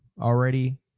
already